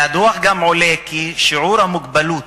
מהדוח עולה גם ששיעור המוגבלות